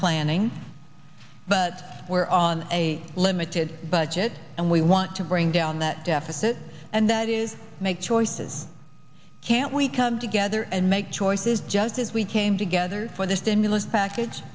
planning but we're on a limited budget and we want to bring down that deficit and that is make choices can't we come together and make choices just as we came together for the stimulus package